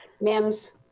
Mims